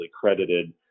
credited